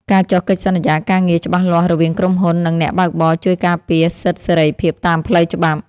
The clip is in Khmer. ការចុះកិច្ចសន្យាការងារច្បាស់លាស់រវាងក្រុមហ៊ុន និងអ្នកបើកបរជួយការពារសិទ្ធិសេរីភាពតាមផ្លូវច្បាប់។